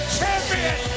Champion